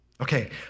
Okay